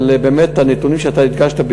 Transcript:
אבל הנתונים שהדגשת,